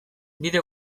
bide